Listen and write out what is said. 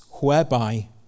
Whereby